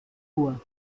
vor